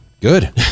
Good